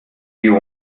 you